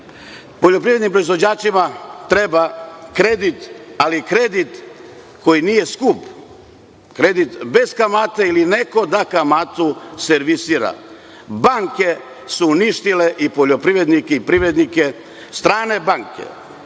kritika. Poljoprivrednim proizvođačima treba kredit, ali kredit koji nije skup, kredit bez kamate ili neko da kamatu servisira. Banke su uništile i poljoprivrednike, strane banke.